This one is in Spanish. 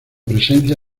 presencia